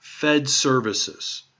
fedservices